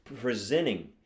presenting